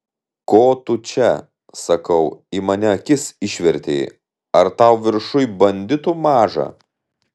ko tu čia sakau į mane akis išvertei ar tau viršuj banditų maža